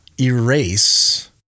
erase